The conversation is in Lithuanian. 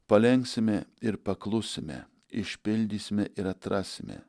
palenksime ir paklusime išpildysime ir atrasime